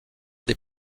des